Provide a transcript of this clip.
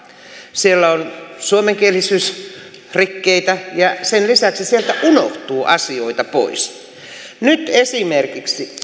siellä on suomenkielisyysrikkeitä ja sen lisäksi sieltä unohtuu asioita pois nyt esimerkiksi